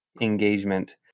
engagement